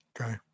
Okay